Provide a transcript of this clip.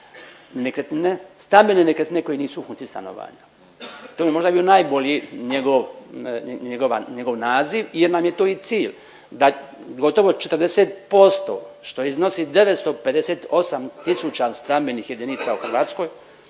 nekretnine, stambene nekretnine koje nisu u funkciji stanovanja, to bi možda bio najbolji njegov naziv jer nam je to i cilj, da gotovo 40%, što iznosi 958 tisuća stambenih jedinica u Hrvatskoj